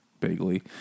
vaguely